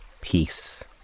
Peace